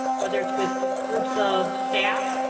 whether it's with groups of staff,